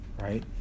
right